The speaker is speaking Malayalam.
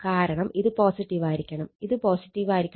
കാരണം ഇത് പോസിറ്റീവായിരിക്കണം ഇത് പോസിറ്റീവായിരിക്കണം